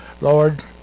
Lord